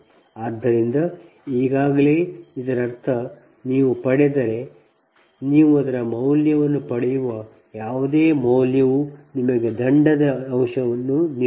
ಆದ್ದರಿಂದ ಈಗಾಗಲೇ ಇದರರ್ಥ ನೀವು ಪಡೆದರೆ ನೀವು ಅದರ ಮೌಲ್ಯವನ್ನು ಪಡೆಯುವ ಯಾವುದೇ ಮೌಲ್ಯವು ನಿಮಗೆ ದಂಡದ ಅಂಶವನ್ನು ನೀಡುತ್ತದೆ